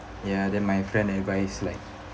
ya then my friend advise like